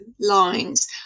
lines